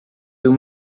deux